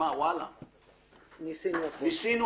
נמצא